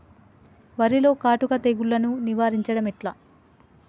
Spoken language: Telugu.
వరిలో కాటుక తెగుళ్లను నివారించడం ఎట్లా?